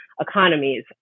economies